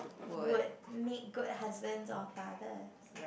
would make good husband or father